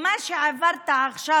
במה שעברת עכשיו,